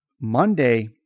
Monday